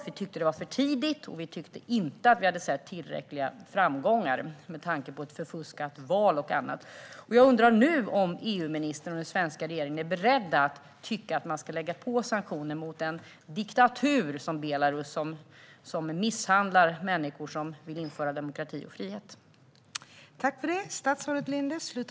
Vi tyckte att det var för tidigt, och vi tyckte inte att vi hade sett tillräckliga framsteg med tanke på ett förfuskat val och annat. Jag undrar nu om EU-ministern och den svenska regeringen är beredda att tycka att man ska lägga på sanktioner mot en diktatur som Belarus, som misshandlar människor som vill införa demokrati och frihet.